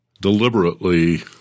deliberately –